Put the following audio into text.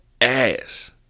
ass